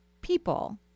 people